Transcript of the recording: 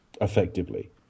effectively